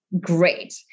great